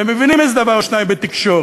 ומבינים איזה דבר או שניים בתקשורת,